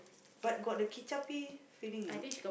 but got the kicap feeling you know